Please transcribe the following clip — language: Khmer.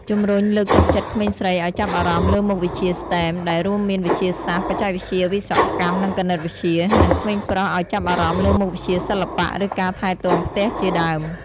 ជំរុញលើកទឹកចិត្តក្មេងស្រីឲ្យចាប់អារម្មណ៍លើមុខវិជ្ជា STEM ដែលរួមមាន វិទ្យាសាស្ត្រ បច្ចេកវិទ្យា វិស្វកម្ម និងគណិតវិទ្យា និងក្មេងប្រុសឲ្យចាប់អារម្មណ៍លើមុខវិជ្ជាសិល្បៈ ឬការថែទាំផ្ទះជាដើម។